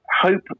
hope